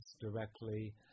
directly